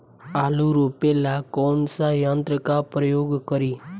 आलू रोपे ला कौन सा यंत्र का प्रयोग करी?